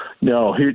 No